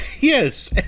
Yes